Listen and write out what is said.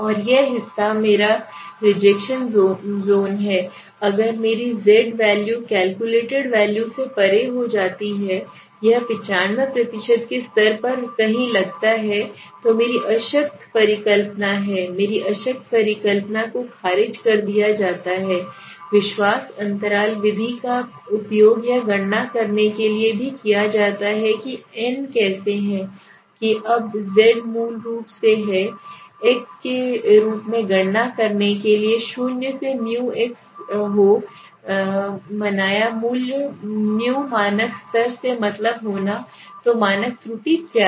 और यह हिस्सा मेरा रिजेक्शन ज़ोन है अगर मेरी ज़ेड वैल्यू कैलकुलेटेड वैल्यू से परे हो तो यह 95 के स्तर पर कहीं लगता है तो मेरी अशक्त परिकल्पना है मेरी अशक्त परिकल्पना को खारिज कर दिया गया है विश्वास अंतराल विधि का उपयोग यह गणना करने के लिए भी किया जाता है कि n कैसे है कि अब z मूल रूप से है एक्स के रूप में गणना करने के लिए शून्य सेμएक्स हो मनाया मूल्यμमानक स्तर से मतलब होना तो मानक त्रुटि क्या है